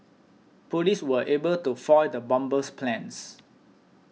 police were able to foil the bomber's plans